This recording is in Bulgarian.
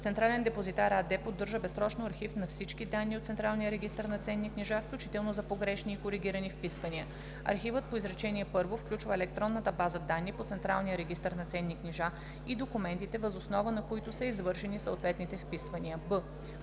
„Централен депозитар“ АД поддържа безсрочно архив на всички данни от централния регистър на ценни книжа, включително за погрешни и коригирани вписвания. Архивът по изречение първо включва електронната база данни на централния регистър на ценни книжа и документите, въз основа на които са извършени съответните вписвания.“;